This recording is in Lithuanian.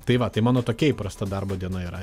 tai va tai mano tokia įprasta darbo diena yra